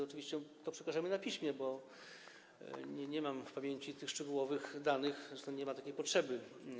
Oczywiście przekażemy na piśmie, bo nie mam w pamięci tych szczegółowych danych, zresztą nie ma takiej potrzeby.